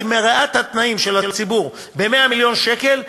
היא מרעה את התנאים של הציבור ב-100 מיליון שקל,